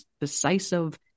decisive